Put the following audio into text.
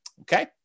Okay